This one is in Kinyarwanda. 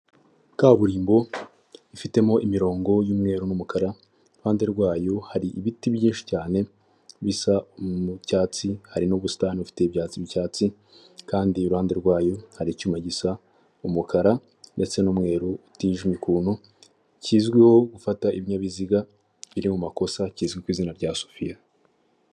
kaburimbo ifitemo imirongo y'umweru n'umukara, iruhande rwayo hari ibiti byinshi cyane, bisa icyatsi, hari n'ubusitani bufite ibyatsi by'icyatsi, kandi iruhande rwayo hari icyuma gisa umukara, ndetse n'umweru utijimye ukuntu, kizwiho gufata ibinyabiziga biri mu makosa, kizwi ku izina rya sofiya.